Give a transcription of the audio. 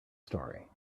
story